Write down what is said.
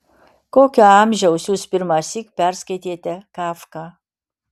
kokio amžiaus jūs pirmąsyk perskaitėte kafką